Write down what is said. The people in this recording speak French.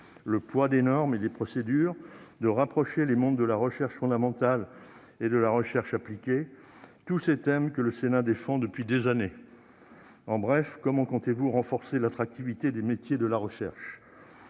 le poids des normes et des procédures, de rapprocher les mondes de la recherche fondamentale et de la recherche appliquée- tous ces thèmes que le Sénat défend depuis des années ? En bref, comment comptez-vous renforcer l'attractivité des métiers de la recherche ?